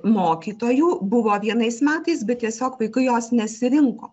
mokytojų buvo vienais metais bet tiesiog vaikai jos nesirinko